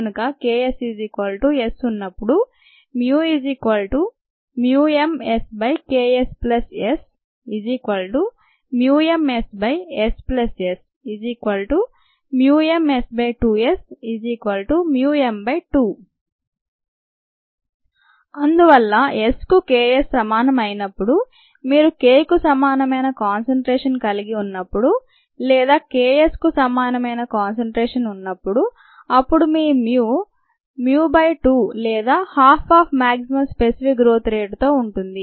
కనుక KS S ఉన్నప్పుడు mSKSSmSSSmS2Sm2 అందువల్ల Sకు K s సమానం అయినప్పుడు మీరు K కు సమానమైన కాన్సన్ట్రేషన్ కలిగి ఉన్నప్పుడు లేదా K s కు సమానమైన కాన్సన్ట్రేషన్ ఉన్నప్పుడు అప్పుడు మీ mu mu 2 లేదా half of maximum specific growth rate తో ఉంటుంది